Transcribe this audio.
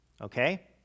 okay